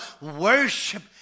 Worship